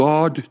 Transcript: God